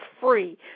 free